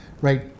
right